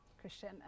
christian